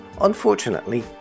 unfortunately